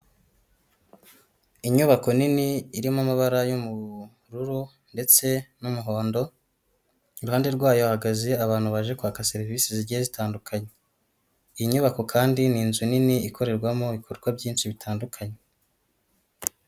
Inyubako nini irimo amabara y'ubururu ndetse n'umuhondo, iruhande rwayo hahagaze abantu baje kwaka serivisi zigiye zitandukanye, iyi nyubako kandi ni inzu nini ikorerwamo ibikorwa byinshi bitandukanye.